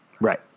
Right